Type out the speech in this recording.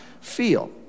feel